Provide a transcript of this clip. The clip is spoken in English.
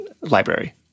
library